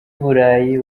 burayi